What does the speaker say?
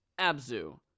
Abzu